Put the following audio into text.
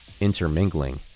intermingling